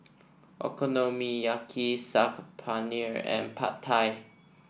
Okonomiyaki Saag Paneer and Pad Thai